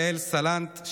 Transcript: יעל סלנט,